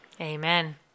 amen